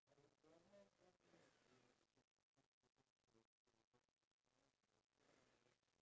ya wake up at eight and then we get ready at like macam eight thirty and then go down to have breakfast until like